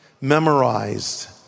memorized